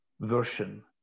version